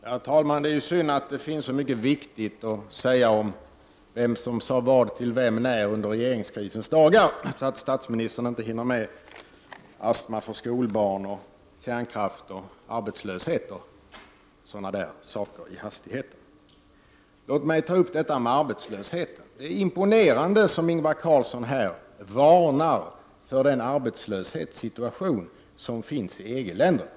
Herr talman! Det är synd att det finns så mycket viktigt att säga om vem som sade vad till vem när under regeringskrisens dagar, så att statsministern i hastigheten inte hinner med att tala om astma hos skolbarn, kärnkraft, arbetslöshet och sådana saker. Låt mig ta upp detta med arbetslösheten. Det är imponerande att Ingvar Carlsson här varnar för den arbetslöshetssituation som råder i EG-länderna.